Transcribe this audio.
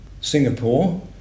Singapore